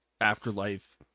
afterlife